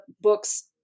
books